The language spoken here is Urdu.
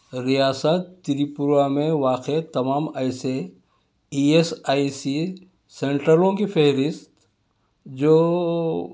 ریاست تریپورہ میں واقع تمام ایسے ای ایس آئی سی سنٹروں کی فہرست جو